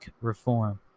reform